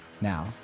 Now